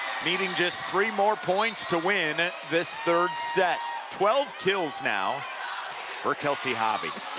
needing just three more points to win this third set. twelve kills now for kelsey hobbie.